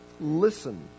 Listen